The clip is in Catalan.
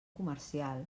comercial